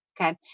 Okay